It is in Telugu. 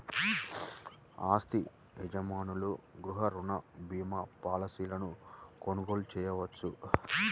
ఆస్తి యజమానులు గృహ రుణ భీమా పాలసీలను కొనుగోలు చేయవచ్చు